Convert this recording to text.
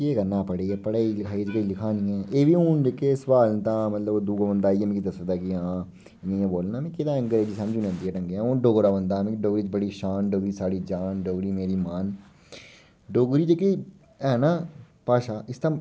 केह् करना हा पढियै पढाई लिखाई च किश लिखा दा नेईं हा ए बी हून जेह्के सुआल ना तां मतलब ओह् दूआ बंदा आइयै मिकी दसदा के हां इ'यां बोलना किं'या कि अंग्रेजी मिकी समझ नेईं औंदी ऐ ढंगै दी अ'ऊं डोगरा बंदा आं में डोगरी बड़ी शान डोगरी साढ़ी जान डोगरी मेरी मान डोगरी जेह्की है ना भाशा इसदा